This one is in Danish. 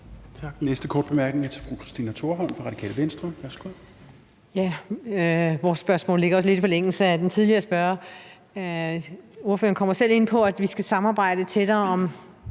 næste korte bemærkning er til fru Christina Thorholm, Radikale Venstre. Værsgo. Kl. 10:25 Christina Thorholm (RV): Mit spørgsmål ligger lidt i forlængelse af den tidligere spørgers. Ordføreren kommer selv ind på, at vi skal samarbejde tættere om